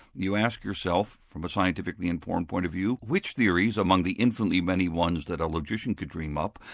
you ask yourself from a scientifically informed point of view, which theories among the infinitely many ones that a logician could dream up,